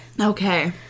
Okay